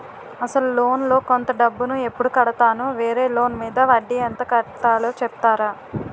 అసలు లోన్ లో కొంత డబ్బు ను ఎప్పుడు కడతాను? వేరే లోన్ మీద వడ్డీ ఎంత కట్తలో చెప్తారా?